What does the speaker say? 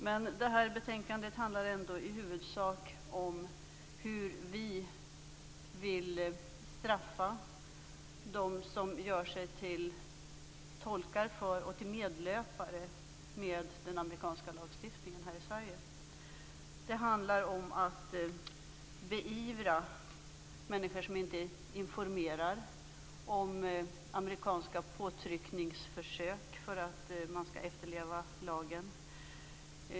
Men det här betänkandet handlar i huvudsak om hur vi vill straffa dem här i Sverige som gör sig till tolkar för och medlöpare med den amerikanska lagstiftningen. Det handlar om att beivra människor som inte informerar om amerikanska påtryckningsförsök som går ut på att man skall efterleva lagen.